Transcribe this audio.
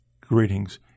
greetings